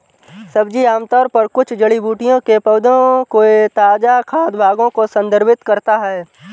सब्जी आमतौर पर कुछ जड़ी बूटियों के पौधों के ताजा खाद्य भागों को संदर्भित करता है